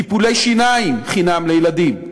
טיפולי שיניים חינם לילדים,